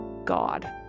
god